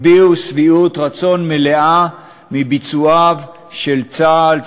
הביע שביעות רצון מלאה מביצועיו של צה"ל,